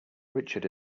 richard